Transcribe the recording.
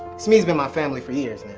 smee's been my family for years